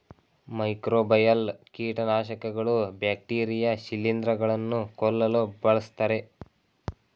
microbial ಕೀಟನಾಶಕಗಳು bacteria ಶಿಲಿಂದ್ರ ಗಳನ್ನು ಕೊಲ್ಲಲು ಬಳ್ಸತ್ತರೆ